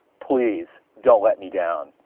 please don't let me down.